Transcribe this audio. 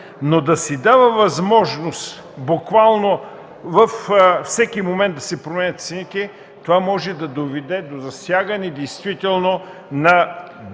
Но да се дава възможност, буквално във всеки момент, да се променят цените, това може да доведе до засягане действително на дребния